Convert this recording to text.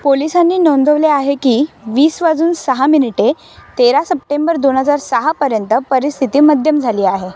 पोलिसांनी नोंदवले आहे की वीस वाजून सहा मिनिटे तेरा सप्टेंबर दोन हजार सहापर्यंत परिस्थिती मध्यम झाली आहे